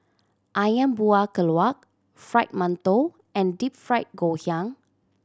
Ayam Buah Keluak Fried Mantou and Deep Fried Ngoh Hiang